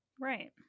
Right